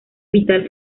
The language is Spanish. vital